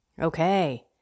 Okay